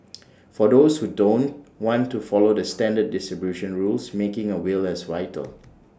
for those who don't want to follow the standard distribution rules making A will is vital